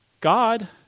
God